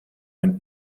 ein